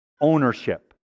ownership